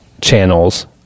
channels